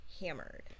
Hammered